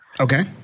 Okay